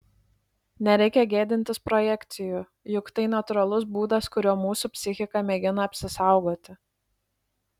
nereikia gėdintis projekcijų juk tai natūralus būdas kuriuo mūsų psichika mėgina apsisaugoti